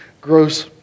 gross